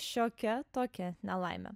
šiokia tokia nelaimė